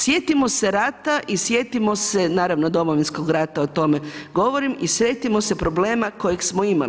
Sjetimo se rata i sjetimo se naravno Domovinskog rata, o tome govorim i sjetimo se problema kojeg smo imali.